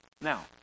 Now